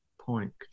point